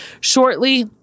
Shortly